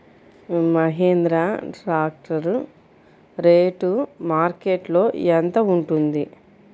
Mahindra tractor rate మార్కెట్లో యెంత ఉంటుంది?